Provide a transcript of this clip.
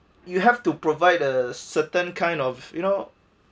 you have to provide a certain kind of you know